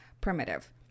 primitive